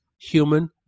human